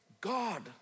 God